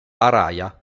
araya